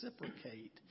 reciprocate